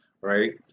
right